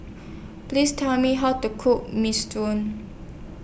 Please Tell Me How to Cook Minestrone